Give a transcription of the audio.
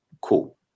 Cool